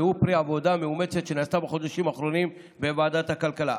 והוא פרי עבודה מאומצת שנעשתה בחודשים האחרונים בוועדת הכלכלה.